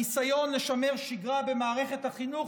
הניסיון לשמר שגרה במערכת החינוך,